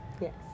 Yes